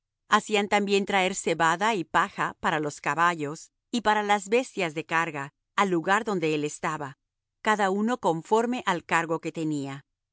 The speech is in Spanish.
hacían también traer cebada y paja para los caballos y para las bestias de carga al lugar donde él estaba cada uno conforme al cargo que tenía